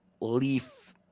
leaf